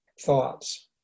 thoughts